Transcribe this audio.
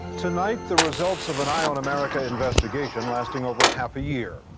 tonight the results of an eye on america investigation lasting over half a year.